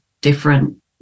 different